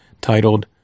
titled